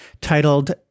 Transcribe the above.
titled